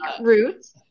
roots